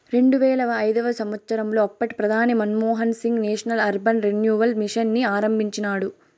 రెండువేల ఐదవ సంవచ్చరంలో అప్పటి ప్రధాని Manmohan Singh national urban renewal mission ని ఆరంభించినాడు